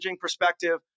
perspective